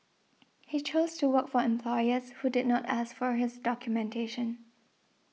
he chose to work for employers who did not ask for his documentation